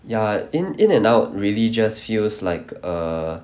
ya in In-N-Out really just feels like err